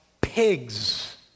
pigs